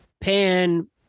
pan